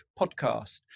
podcast